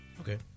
Okay